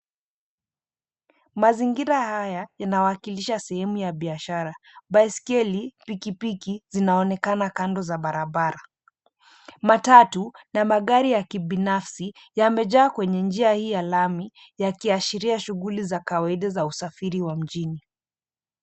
Mazingira haya yanawakilisha sehemu ya biashara. Baiskeli, piki piki, zinaonekana kando za barabara. Matatu na magari ya kibinafsi yamejaa kwenye njia hii ya lami, yakiashiria shughuli za kawaida za usafiri wa mjini.